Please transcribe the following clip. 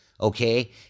okay